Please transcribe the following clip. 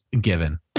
given